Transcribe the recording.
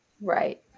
Right